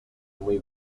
muy